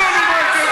ברור לנו מה ההבדל,